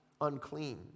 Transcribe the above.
unclean